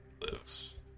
lives